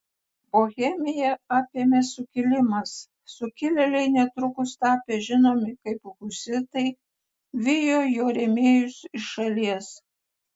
bohemiją apėmė sukilimas sukilėliai netrukus tapę žinomi kaip husitai vijo jo rėmėjus iš šalies